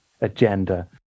agenda